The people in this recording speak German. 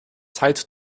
zeit